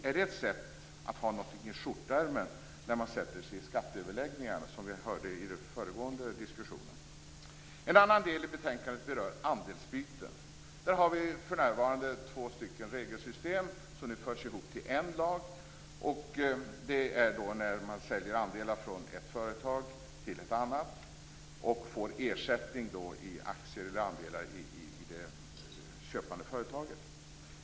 Är det ett sätt att ha någonting i skjortärmen när man sätter sig i skatteöverläggningarna? Det hörde vi ju om i den föregående diskussionen. En annan del i betänkandet berör andelsbyten. Där har vi för närvarande två regelsystem som nu förs ihop till en lag. Det handlar om när man säljer andelar från ett företag till ett annat och får ersättning i aktier eller andelar i det köpande företaget.